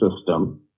system